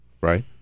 right